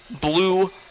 blue